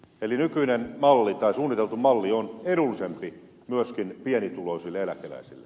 eli suunniteltu malli on edullisempi myöskin pienituloisille eläkeläisille